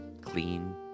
clean